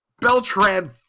Beltran